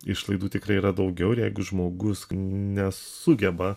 išlaidų tikrai yra daugiau ir jeigu žmogus nesugeba